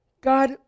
God